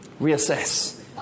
reassess